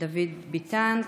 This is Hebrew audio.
דוד ביטן,